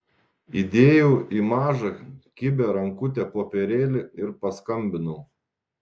įdėjau į mažą kibią rankutę popierėlį ir paskambinau